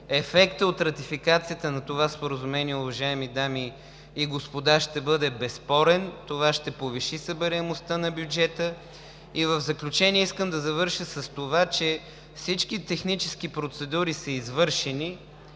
Ефектът от ратификацията на Споразумението, уважаеми дами и господа, ще бъде безспорен. Това ще повиши събираемостта на бюджета. В заключение, искам да завърша с това, че всички технически процедури са извършени